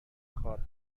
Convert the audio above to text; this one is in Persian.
کار